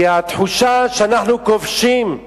כי התחושה היא שאנחנו כובשים,